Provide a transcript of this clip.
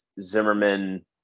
Zimmerman